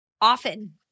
often